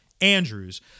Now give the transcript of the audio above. Andrews